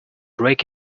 rake